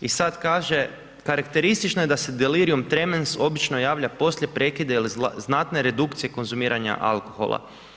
I sad kaže, karakteristično je da se delirium tremens obično javlja poslije prekida ili znatne redukcije konzumiranja alkohola.